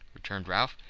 returned ralph.